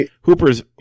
Hooper's